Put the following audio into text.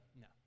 no